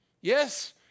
Yes